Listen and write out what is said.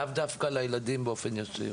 לאו דווקא לילדים באופן ישיר.